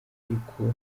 ariko